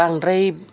बांद्राय